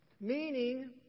Meaning